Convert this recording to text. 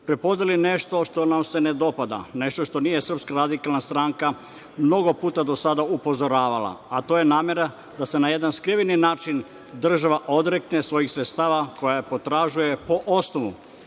prepoznali nešto što nam se ne dopada, nešto što je SRS mnogo puta do sada upozoravala, a to je namera da se na jedan skriveni način država odrekne svojih sredstava koja potražuje po osnovu